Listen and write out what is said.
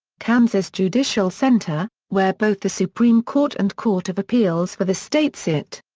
kansas judicial center, where both the supreme court and court of appeals for the state sit.